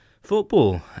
Football